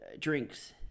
drinks